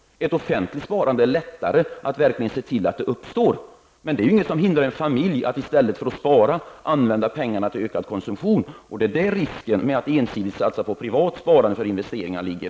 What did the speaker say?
Det är lättare att se till att ett offentligt sparande verkligen uppstår. Det är ingenting som hindrar en familj från att i stället för att spara använda pengarna till ökad konsumtion. Det är där risken med att ensidigt satsa på privat sparande för investeringar ligger.